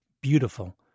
beautiful